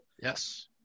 Yes